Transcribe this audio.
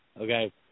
Okay